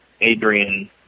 Adrian